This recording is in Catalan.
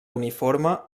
uniforme